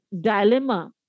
dilemma